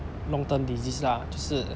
long term disease lah 就是